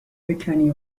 بکنی